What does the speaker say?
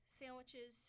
sandwiches